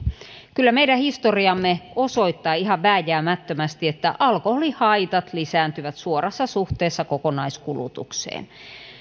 kyllä meidän historiamme osoittaa ihan vääjäämättömästi että alkoholihaitat lisääntyvät suorassa suhteessa kokonaiskulutukseen